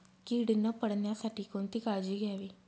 कीड न पडण्यासाठी कोणती काळजी घ्यावी?